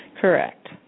Correct